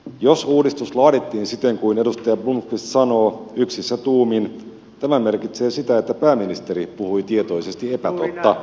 jos uudistus laadittiin siten kuin edustaja blomqvist sanoo yksissä tuumin tämä merkitsee sitä että pääministeri puhui tietoisesti epätotta